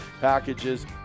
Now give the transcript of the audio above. packages